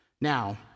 Now